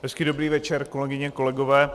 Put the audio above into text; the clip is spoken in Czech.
Hezký dobrý večer, kolegyně, kolegové.